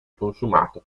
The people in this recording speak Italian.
consumato